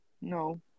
No